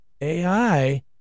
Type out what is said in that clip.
AI